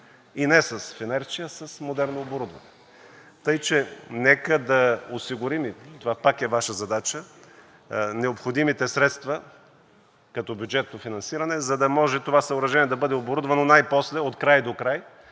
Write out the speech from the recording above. и не с фенерче, а с модерно оборудване. Тъй че нека да осигурим – това пак е Ваша задача, необходимите средства като бюджетно финансиране, за да може това съоръжение да бъде оборудвано най-после от край до край